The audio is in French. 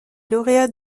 lauréate